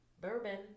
Bourbon